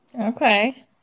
Okay